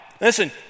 listen